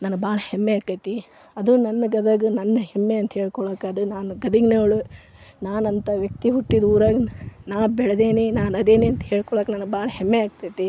ನನಗೆ ಭಾಳ ಹೆಮ್ಮೆ ಆಕತಿ ಅದು ನನ್ನ ಗದಗ ನನ್ನ ಹೆಮ್ಮೆ ಅಂತ ಹೇಳಿಕೊಳ್ಳೋಕು ಅದು ನಾನು ಗದಗಿನವಳು ನಾನು ಅಂಥ ವ್ಯಕ್ತಿ ಹುಟ್ಟಿದ ಊರಾಗೆ ನಾ ಬೆಳೆದೇನಿ ನಾನು ಅದೇನಿ ಅಂತ ಹೇಳ್ಕೊಳ್ಳೋಕೆ ನನಗೆ ಭಾಳ ಹೆಮ್ಮೆ ಆಗ್ತದೆ